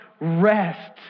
rest